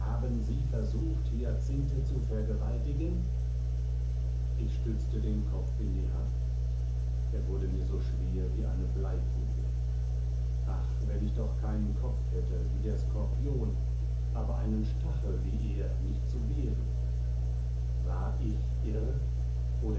sie versucht hyacinthe zu vergewaltigen ich stützte den kopf in die hand er wurde mir so schwer wie eine bleikugel ach wenn ich doch keinen kopf hätte wie der skorpion aber einen stachel wie er mich zu wehren war ich irr